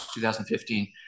2015